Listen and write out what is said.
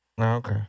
Okay